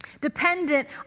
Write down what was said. Dependent